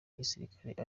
y’igisirikare